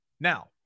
Now